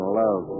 love